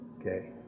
Okay